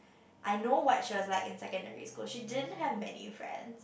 I know what she was like in secondary school she didn't have many friends